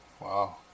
Wow